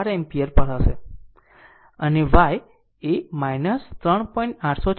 4 ampere પર હશે અને y એ 3